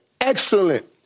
excellent